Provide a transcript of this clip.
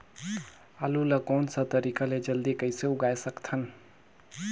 आलू ला कोन सा तरीका ले जल्दी कइसे उगाय सकथन?